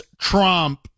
trump